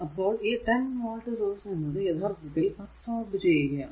അപ്പോൾ ഈ 10 volt source എന്നത് യഥാർത്ഥത്തിൽ അബ്സോർബ് ചെയ്യുകയാണ്